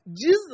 Jesus